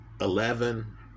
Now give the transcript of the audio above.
eleven